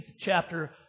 chapter